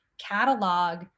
catalog